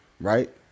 right